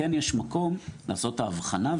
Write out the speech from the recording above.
כן יש מקום לעשות את ההבחנה,